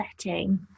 setting